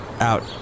out